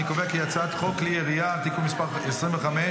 אני קובע כי הצעת חוק כלי הירייה (תיקון מס' 25)